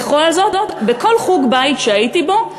בכל זאת בכל חוג בית שהייתי בו,